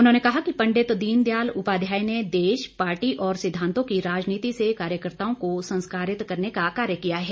उन्होंने कहा कि पंडित दीनदयाल उपाध्याय ने देश पार्टी और सिद्धांतों की राजनीति से कार्यकर्ताओं को संस्कारित करने का कार्य किया है